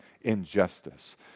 injustice